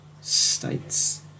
states